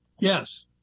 Yes